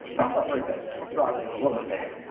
that's not very big. let's draw it a and little bit bigger.